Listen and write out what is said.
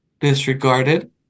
disregarded